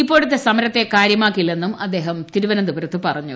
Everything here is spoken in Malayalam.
ഇപ്പോഴത്തെ സമരത്തെ കാര്യമാക്കില്ലെന്നും അദ്ദേഹം തിരുവനന്തപുരത്ത് പറഞ്ഞു